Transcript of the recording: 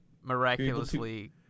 miraculously